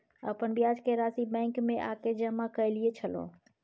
अपन ब्याज के राशि बैंक में आ के जमा कैलियै छलौं?